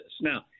now